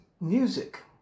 music